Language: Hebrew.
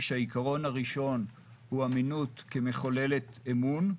שהעיקרון הראשון הוא אמינות מחוללת אמון.